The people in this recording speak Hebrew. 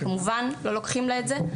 אנחנו לא לוקחים לה את זה,